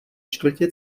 čtvrtě